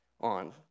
on